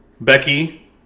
Becky